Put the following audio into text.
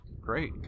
Great